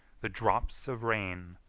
the drops of rain,